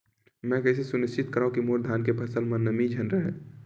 मैं कइसे सुनिश्चित करव कि मोर धान के फसल म नमी झन रहे?